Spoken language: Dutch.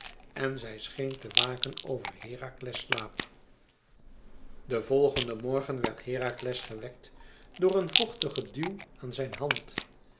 en zij scheen te waken over herakles slaap den volgenden morgen werd herakles gewekt door een vochtigen duw aan zijn hand